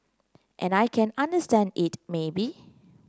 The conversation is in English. and I can understand it maybe